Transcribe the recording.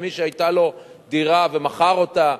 ומי שהיתה לו דירה והוא מכר אותה,